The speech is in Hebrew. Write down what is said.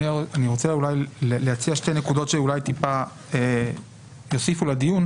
אני רוצה להציע שתי נקודות שאולי טיפה יוסיפו לדיון.